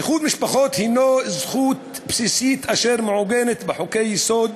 איחוד משפחות הוא זכות בסיסית אשר מעוגנת בחוקי-יסוד